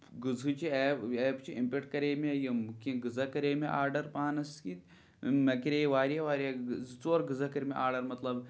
غزہٕچ یہِ ایپ چھِ اَمہِ پٮ۪ٹھ کَرے مےٚ یِم کیٚنٛہہ غزا کَرے مےٚ آرڈر پانَس کِتۍ مےٚ کَرے واریاہ واریاہ زٕ ژور غزا کٔر مےٚ آرڈر مطلب